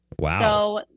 Wow